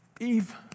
Eve